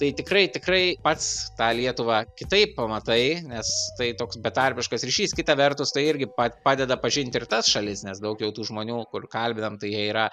tai tikrai tikrai pats tą lietuvą kitaip pamatai nes tai toks betarpiškas ryšys kita vertus tai irgi pad padeda pažinti ir tas šalis nes daug jau tų žmonių kur kalbinam tai jie yra